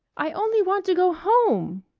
i only want to go home.